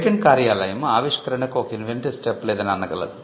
patent కార్యాలయం ఆవిష్కరణకు ఒక ఇన్వెంటివ్ స్టెప్ లేదని అనగలదు